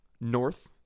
North